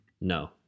no